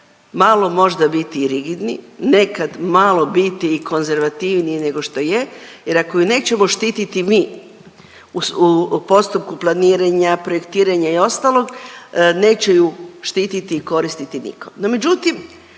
malo možda biti i rigidni, nekad malo biti i konzervativniji nego što je jer ako ju nećemo štititi mi u postupku planiranja, projektiranja i ostalog neće ju štititi i koristiti niko.